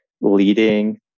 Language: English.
leading